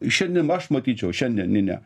šiandien aš matyčiau šiandieninę